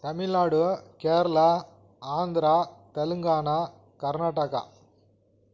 Tamil Nadu Kerala Andhra Telangana Karnataka